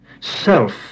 Self